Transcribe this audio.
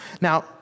Now